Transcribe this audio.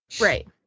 Right